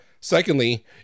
Secondly